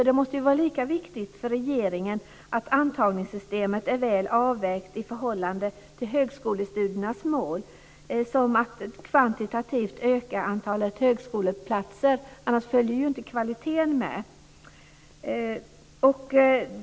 Det måste för regeringen vara lika viktigt att antagningssystemet är väl avvägt i förhållande till högskolestudiernas mål som att kvantitativt öka antalet högskoleplatser. Annars följer ju inte kvaliteten med.